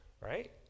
right